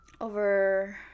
over